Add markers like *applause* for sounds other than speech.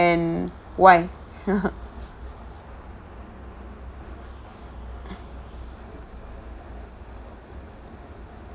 and why *laughs*